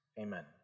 Amen